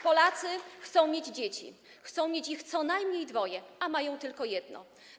Polacy chcą mieć dzieci, chcą mieć ich co najmniej dwoje, a mają tylko jedno.